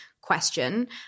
question